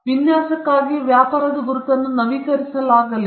ವಿನ್ಯಾಸಕ್ಕಾಗಿ ವ್ಯಾಪಾರದ ಗುರುತನ್ನು ನವೀಕರಿಸಲಾಗಿಲ್ಲ